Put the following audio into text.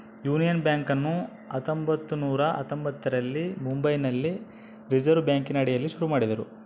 union ಬ್ಯಾಂಕನ್ನು ಹತ್ತೊಂಭತ್ತು ನೂರ ಹತ್ತೊಂಭತ್ತರಲ್ಲಿ ಮುಂಬೈನಲ್ಲಿ ರಿಸೆರ್ವೆ ಬ್ಯಾಂಕಿನ ಅಡಿಯಲ್ಲಿ ಶುರು ಮಾಡಿದರು